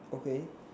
okay